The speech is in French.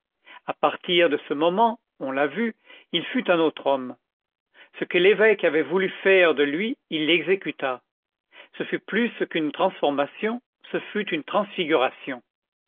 à partir de ce moment on l'a vu il fut un autre homme ce que l'évêque avait voulu faire de lui il l'exécuta ce fut plus qu'une transformation ce fut une transfiguration